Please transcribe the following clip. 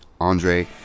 Andre